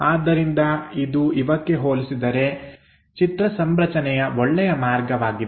ಆದ್ದರಿಂದ ಇದು ಇವುಗಳಿಗೆ ಹೋಲಿಸಿದರೆ ಚಿತ್ರ ಸಂರಚನೆಯ ಒಳ್ಳೆಯ ಮಾರ್ಗವಾಗಿದೆ